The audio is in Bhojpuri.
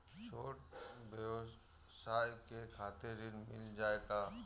छोट ब्योसाय के खातिर ऋण मिल जाए का?